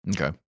Okay